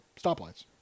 stoplights